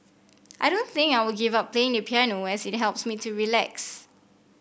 I don't think I will give up playing the piano as it helps me to relax